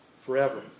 Forever